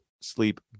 sleep